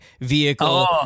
vehicle